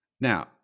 Now